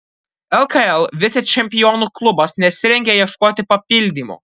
lkl vicečempionų klubas nesirengia ieškoti papildymo